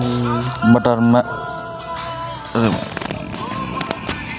मटर में फुहारा वर्षा की आवश्यकता क्यो है?